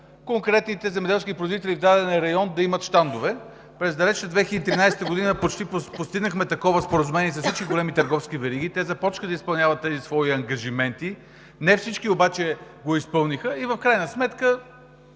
конкретните земеделски производители от даден район да имат щандове. През далечната 2013 г. почти постигнахме такова споразумение с всички големи търговски вериги. Те започнаха да изпълняват тези свои ангажименти, не всички обаче го изпълниха и в крайна сметка,